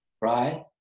right